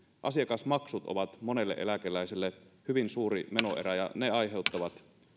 asiakasmaksut ovat monelle eläkeläiselle hyvin suuri menoerä ja ne aiheuttavat